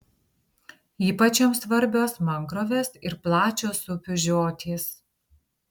ypač joms svarbios mangrovės ir plačios upių žiotys